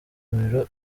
muriro